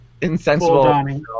insensible